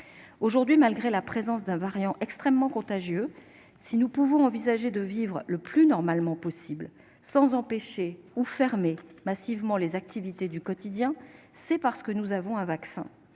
Aujourd'hui, malgré la présence d'un variant extrêmement contagieux, si nous pouvons envisager de vivre le plus normalement possible, sans empêcher ou fermer massivement les activités du quotidien, c'est parce que nous avons un vaccin.